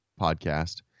podcast